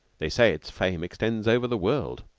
they say its fame extends over the world.